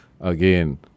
Again